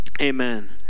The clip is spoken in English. Amen